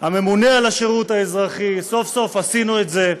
הממונה על השירות האזרחי, סוף-סוף עשינו את זה.